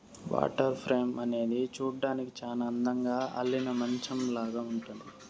water frame అనేది చూడ్డానికి చానా అందంగా అల్లిన మంచాలాగా ఉంటుంది